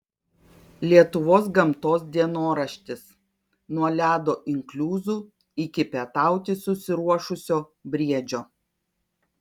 lietuvos gamtos dienoraštis nuo ledo inkliuzų iki pietauti susiruošusio briedžio